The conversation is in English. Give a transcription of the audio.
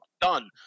done